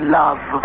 love